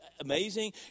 amazing